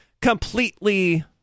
completely